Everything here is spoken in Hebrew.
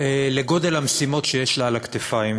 לגודל המשימות שיש לה על הכתפיים,